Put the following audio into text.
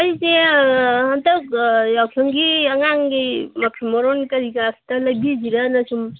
ꯑꯩꯁꯦ ꯍꯟꯇꯛ ꯌꯥꯎꯁꯪꯒꯤ ꯑꯉꯥꯡꯒꯤ ꯃꯐꯤ ꯃꯔꯣꯟ ꯀꯔꯤ ꯀꯔꯥ ꯈꯤꯇ ꯂꯩꯕꯤꯁꯤꯔꯅ ꯁꯨꯝ